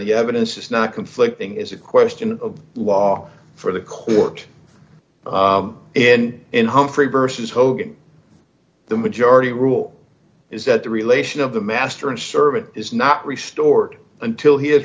the evidence is not conflicting is a question of law for the court in in humphrey versus hogan the majority rule is that the relation of the master and servant is not resort until he